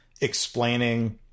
explaining